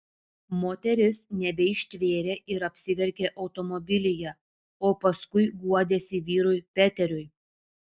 moteris nebeištvėrė ir apsiverkė automobilyje o paskui guodėsi vyrui peteriui